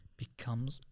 becomes